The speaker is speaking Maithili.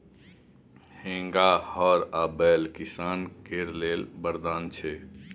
हेंगा, हर आ बैल किसान केर लेल बरदान छै